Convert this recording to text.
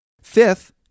Fifth